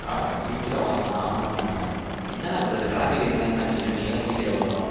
சீக்கிரம் வாங்கண்ணா ஆமாங்ண்ணா என்னண்ணா பண்ணுறது ட்ராஃபிக் இருக்க தாங்ணா செய்யும் நீங்கள் தான் சீக்கிரம் வரணும்